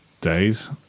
Days